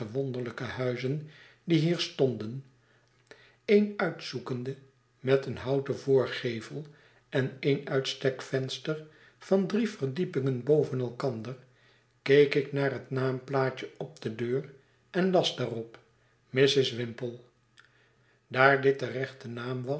wonderlijke hnizen die hier stonden een uitzoekende met een houten voorgevel en een uitstekvenster van drie verdiepingen boven elkander keek ik naar het naamplaatje op de deur en las daarop mrs whimple daar dit de rechte naam